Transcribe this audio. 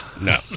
No